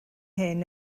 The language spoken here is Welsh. hyn